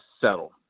settle